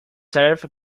tariff